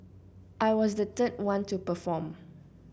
I was the third one to perform